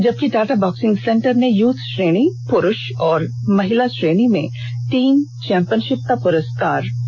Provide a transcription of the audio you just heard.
जबकि Tata boxing centre ने youth श्रेणी पुरुष और महिला में टीम चौंपियनशिप पुरस्कार जीता